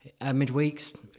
midweeks